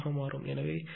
எனவே sin 0